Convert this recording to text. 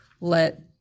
let